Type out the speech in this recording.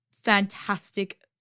fantastic